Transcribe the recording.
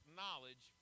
knowledge